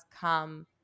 come